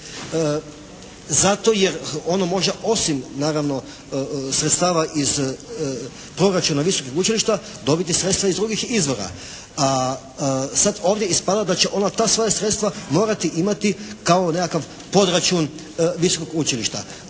Zato jer ono može osim naravno sredstava iz proračuna visokog učilišta dobiti sredstva iz drugih izvora, a sad ovdje ispada da će ona ta svoja sredstva morati imati kao nekakav podračun visokog učilišta.